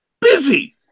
busy